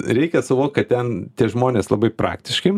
reikia suvokt kad ten tie žmonės labai praktiški